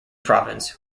province